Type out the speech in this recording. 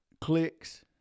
clicks